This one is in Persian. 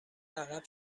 عقب